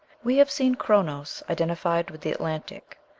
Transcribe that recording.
we have seen chronos identified with the atlantic,